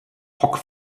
hoc